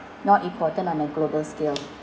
not important on a global scale